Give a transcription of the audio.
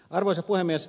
arvoisa puhemies